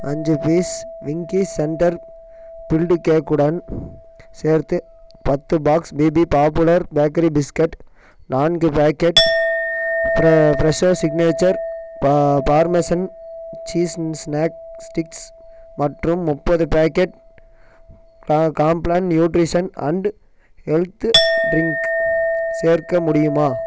அஞ்சு piece Winkies centre filled கேக்குடன் சேர்த்து பத்து பாக்ஸ் பிபி பாப்புலர் பேக்கரி பிஸ்கட் நான்கு பேக்கெட் ஃப்ர ஃப்ரெஷ்ஷோ சிக்னேச்சர் பா பார்மேசன் சீஸ் ஸ்நாக் ஸ்டிக்ஸ் மற்றும் முப்பது பாக்கெட் கா Complan nutrition and health drink சேர்க்க முடியுமா